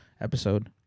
episode